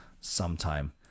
sometime